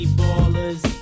ballers